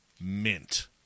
mint